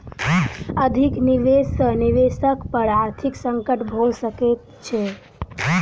अधिक निवेश सॅ निवेशक पर आर्थिक संकट भ सकैत छै